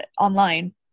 online